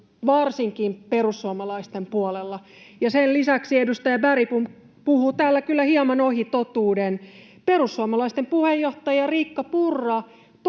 varsinkin perussuomalaisten puolella. Sen lisäksi edustaja Bergbom puhui täällä kyllä hieman ohi totuuden. Perussuomalaisten puheenjohtaja Riikka Purra